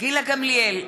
גילה גמליאל,